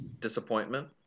Disappointment